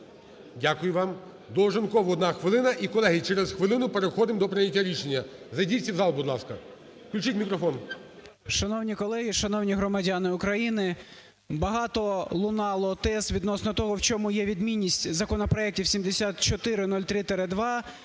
Дякую вам. Долженков, одна хвилина. І колеги, через хвилину переходимо до прийняття рішення. Зайдіть всі в зал, будь ласка. Включіть мікрофон. 13:55:59 ДОЛЖЕНКОВ О.В. Шановні колеги, шановні громадяни України! Багато лунало тез відносно того, в чому є відмінність законопроектів 7403-2